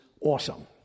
awesome